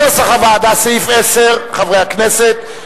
הצבעה אלקטרונית.